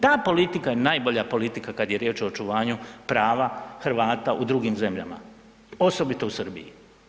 Ta politika je najbolja politika kad je riječ o očuvanju prava Hrvata u drugim zemljama, osobito u Srbiji.